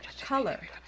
color